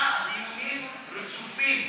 חמישה דיונים רצופים.